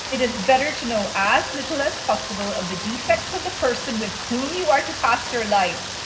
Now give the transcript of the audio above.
it is better to know as little as possible of the defects of the person with whom you are to pass your life.